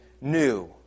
new